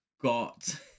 got